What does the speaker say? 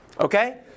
Okay